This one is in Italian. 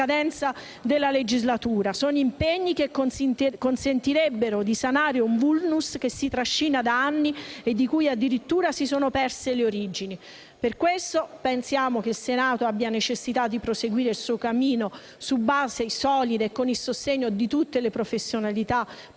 scadenza della legislatura. Questi impegni consentirebbero di sanare un *vulnus* che si trascina da anni e di cui, addirittura, si sono perse le origini. Per questo il Senato ha necessità di proseguire il suo cammino su basi solide e con il sostegno di tutte le professionalità presenti,